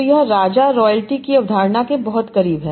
तो यह राजा रॉयल्टी की अवधारणा के बहुत करीब है